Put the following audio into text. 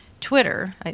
Twitter